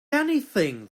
anything